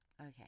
okay